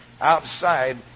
outside